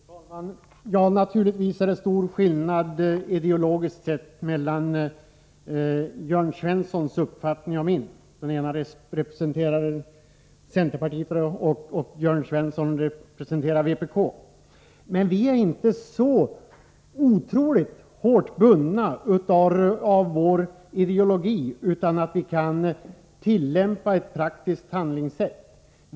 Fru talman! Naturligtvis är det stor skillnad ideologiskt sett mellan Jörn Svenssons uppfattning och min. Jag representerar centerpartiet och Jörn Svensson vpk. Vi i centerpartiet är emellertid inte så otroligt hårt bundna av vår ideologi att vi inte kan handla praktiskt.